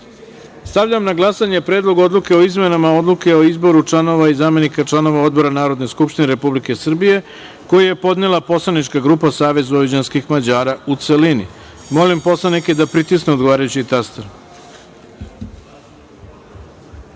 9.Stavljam na glasanje Predlog odluke o izmenama odluke o izboru članova i zamenika članova Odbora Narodne skupštine Republike Srbije, koji je podnela poslanička grupa Savez vojvođanskih Mađara, u celini. Molim poslanike da pritisnu odgovarajući